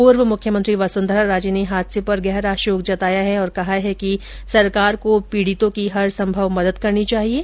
पूर्व मुख्यमंत्री वसुंधरा राजे ने हादसे पर गहरा शोक जताया है और कहा है कि सरकार को पीडितों की हरसंभव मदद करनी चाहिये